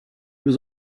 was